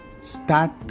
start